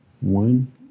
one